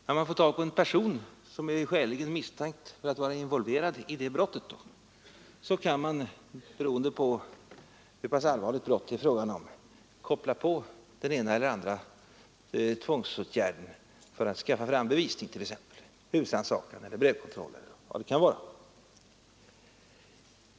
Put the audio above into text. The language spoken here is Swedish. När man får tag på en person som är skäligen misstänkt för att vara involverad i det brottet kan man, beroende på hur allvarligt brott det är fråga om, koppla på den ena eller den andra tvångsåtgärden för att t.ex. skaffa fram bevisning — husrannsakan, brevkontroll eller vad det kan vara.